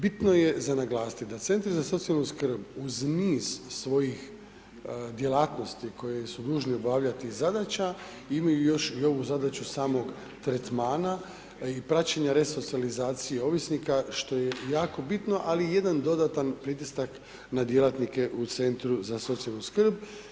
Bitno je za naglasiti da centri za socijalnu skrb uz niz svojih djelatnosti koje su nužni obavljati i zadaća imaju još i ovu zadaću samog tretmana i praćenja resocijalizacije ovisnika što je jako bitno ali i jedan dodatan pritisak na djelatnike u centru za socijalnu skrb.